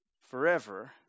forever